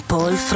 Paul